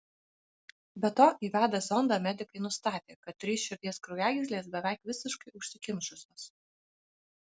be to įvedę zondą medikai nustatė kad trys širdies kraujagyslės beveik visiškai užsikimšusios